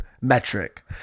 metric